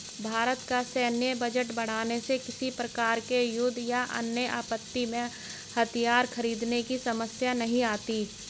भारत का सैन्य बजट बढ़ाने से किसी प्रकार के युद्ध या अन्य आपत्ति में हथियार खरीदने की समस्या नहीं आती